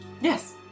Yes